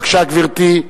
בבקשה, גברתי.